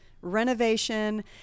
renovation